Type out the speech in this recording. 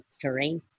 terrain